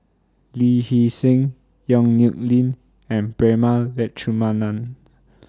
Lee Hee Seng Yong Nyuk Lin and Prema Letchumanan